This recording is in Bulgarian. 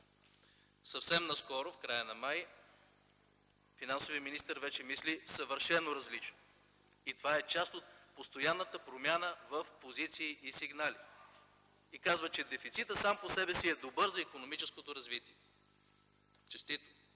Съвсем наскоро в края на м. май финансовият министър вече мисли съвършено различно. И това е част от постоянната промяна в позиции и сигнали. И казва, че дефицитът сам по себе си е добър за икономическото развитие. Честито!